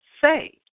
say